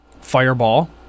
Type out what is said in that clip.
Fireball